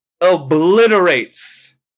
obliterates